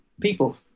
people